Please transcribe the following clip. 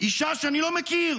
אישה שאני לא מכיר,